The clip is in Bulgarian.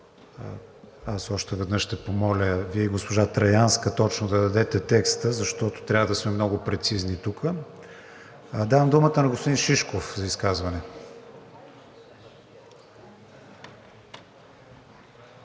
Още веднъж ще помоля Вие и госпожа Траянска да дадете текста точно, защото тук трябва да сме много прецизни. Давам думата на господин Шишков, за изказване.